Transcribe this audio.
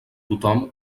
tothom